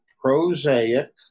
prosaic